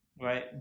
right